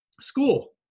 school